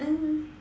uh